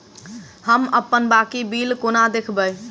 हम अप्पन बाकी बिल कोना देखबै?